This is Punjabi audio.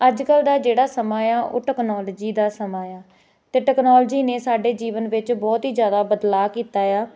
ਅੱਜ ਕੱਲ੍ਹ ਦਾ ਜਿਹੜਾ ਸਮਾਂ ਆ ਉਹ ਤਕਨੋਲੋਜੀ ਦਾ ਸਮਾਂ ਆ ਅਤੇ ਟੈਕਨੋਲਜੀ ਨੇ ਸਾਡੇ ਜੀਵਨ ਵਿੱਚ ਬਹੁਤ ਹੀ ਜ਼ਿਆਦਾ ਬਦਲਾਅ ਕੀਤਾ ਆ